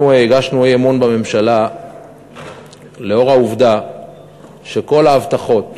אנחנו הגשנו אי-אמון בממשלה לאור העובדה שכל ההבטחות